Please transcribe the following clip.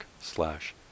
slash